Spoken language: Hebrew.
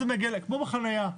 כמו בחניה.